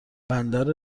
بندر